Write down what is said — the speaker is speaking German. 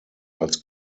als